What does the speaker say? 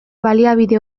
baliabide